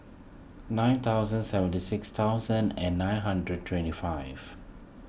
nine thousand seventy six thousand and nine hundred twenty five